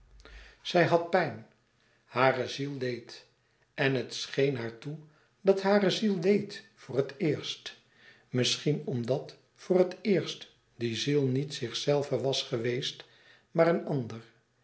zij had pijn hare ziel leed en het scheen haar toe dat hare ziel leed voor het éerst misschien omdat voor het eerst die ziel niet zichzelve was geweest maar een ander